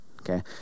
okay